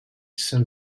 soon